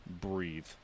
Breathe